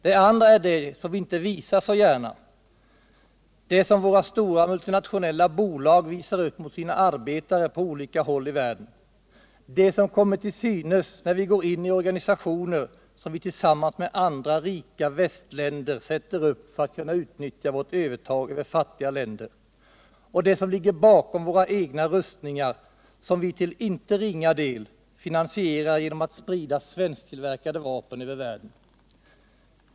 Det andra är det som vi inte visar så gärna, det som våra stora multinationella bolag visar upp mot sina arbetare på olika håll i världen, det som kommer till synes när vi går in i organisationer som vi tillsammans med andra rika västländer sätter upp för att kunna utnyttja vårt övertag över fattiga länder, och det som vi visar med våra egna rustningar, som vi till inte ringa del finansierar genom att sprida svensktillverkade vapen över världen.